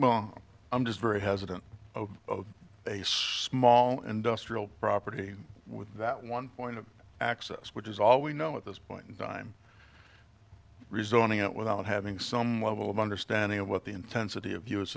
well i'm just very hesitant small industrial property with that one point of access which is all we know at this point in time rezoning it without having some level of understanding of what the intensity of u